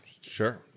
Sure